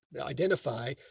identify